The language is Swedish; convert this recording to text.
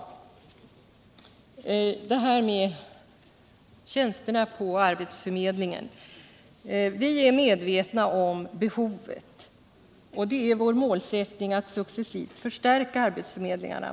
Anna-Greta Leijon tog upp tjänsterna på arbetsförmedlingarna. Vi är medvetna om behovet. Det är vår målsättning att successivt förstärka arbetsförmedlingarna.